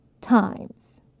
times